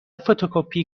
فتوکپی